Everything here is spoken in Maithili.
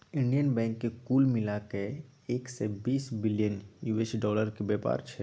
इंडियन बैंकक कुल मिला कए एक सय बीस बिलियन यु.एस डालरक बेपार छै